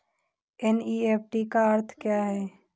NEFT का अर्थ क्या है?